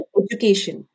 education